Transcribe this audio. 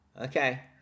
okay